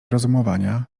rozumowania